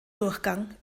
durchgang